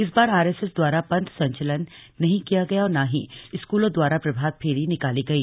इस बार आरएसएस दवारा पंथ संचलन नहीं किया गया और न ही स्कूलों दवारा प्रभातफेरी निकाली गई